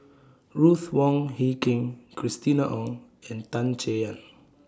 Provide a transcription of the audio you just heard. Ruth Wong Hie King Christina Ong and Tan Chay Yan